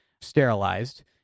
sterilized